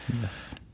Yes